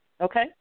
Okay